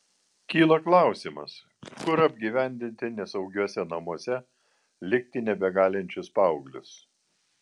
kyla klausimas kur apgyvendinti nesaugiuose namuose likti nebegalinčius paauglius